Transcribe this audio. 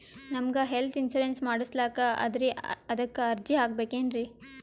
ನಮಗ health insurance ಮಾಡಸ್ಲಾಕ ಅದರಿ ಅದಕ್ಕ ಅರ್ಜಿ ಹಾಕಬಕೇನ್ರಿ?